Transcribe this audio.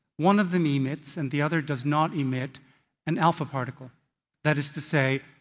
one of them emits and the other does not emit an alpha particle that is to say,